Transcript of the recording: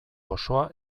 osoa